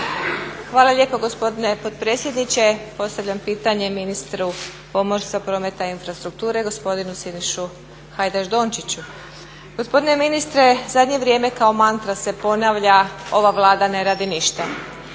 Hvala lijepo gospodine potpredsjedniče. Postavljam pitanje ministru pomorstva, prometa i infrastrukture gospodinu Siniši Hajdaš Dončiću. Gospodine ministre zadnje vrijeme kao mantra se ponavlja ova Vlada ne radi ništa.